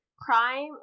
crime